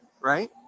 right